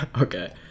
Okay